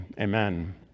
Amen